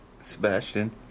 Sebastian